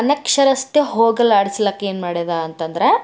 ಅನಕ್ಷರತೆ ಹೋಗ್ಲಾಡಿಸ್ಲಕ್ಕ ಏನ್ಮಾಡ್ಯಾದ ಅಂತಂದ್ರೆ